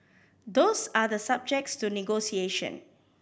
those are the subject to negotiation